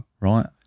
right